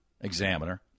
examiner